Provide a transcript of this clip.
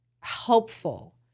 Helpful